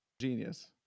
genius